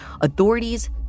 authorities